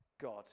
God